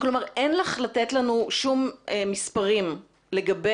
כלומר אין לך לתת לנו שום מספרים לגבי,